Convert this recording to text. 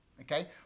Okay